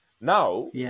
Now